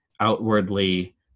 outwardly